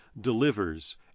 delivers